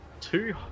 two